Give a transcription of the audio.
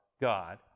God